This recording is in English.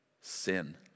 Sin